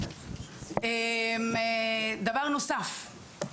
דבר נוסף,